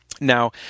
Now